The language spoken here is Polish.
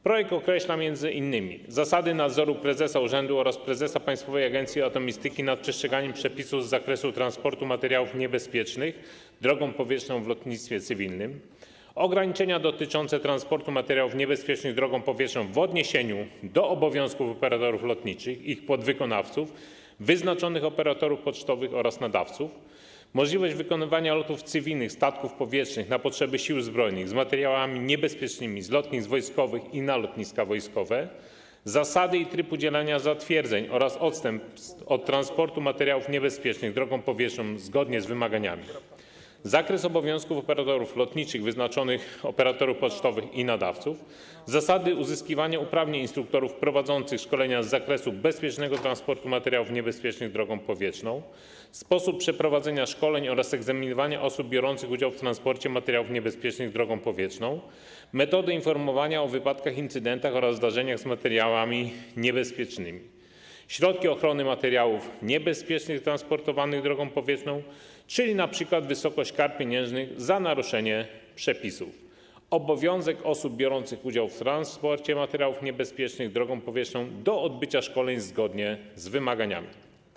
Projekt określa m.in. zasady nadzoru prezesa urzędu oraz prezesa Państwowej Agencji Atomistyki nad przestrzeganiem przepisów z zakresu transportu materiałów niebezpiecznych drogą powietrzną w lotnictwie cywilnym; ograniczenia dotyczące transportu materiałów niebezpiecznych drogą powietrzną w odniesieniu do obowiązków operatorów lotniczych, ich podwykonawców, wyznaczonych operatorów pocztowych oraz nadawców; możliwość wykonywania lotów cywilnych statków powietrznych na potrzeby Sił Zbrojnych z materiałami niebezpiecznymi z lotnisk wojskowych i na lotniska wojskowe; zasady i tryb udzielania zatwierdzeń oraz odstępstw od transportu materiałów niebezpiecznych drogą powietrzną zgodnie z wymaganiami; zakres obowiązków operatorów lotniczych, wyznaczonych operatorów pocztowych i nadawców; zasady uzyskiwania uprawnień instruktorów prowadzących szkolenia z zakresu bezpiecznego transportu materiałów niebezpiecznych drogą powietrzną; sposób przeprowadzenia szkoleń oraz egzaminowania osób biorących udział w transporcie materiałów niebezpiecznych drogą powietrzną; metody informowania o wypadkach, incydentach oraz zdarzeniach z materiałami niebezpiecznymi; środki ochrony materiałów niebezpiecznych transportowanych drogą powietrzną, czyli np. wysokość kar pieniężnych za naruszenie przepisu; obowiązek osób biorących udział w transporcie materiałów niebezpiecznych drogą powietrzną do odbycia szkoleń zgodnie z wymaganiami.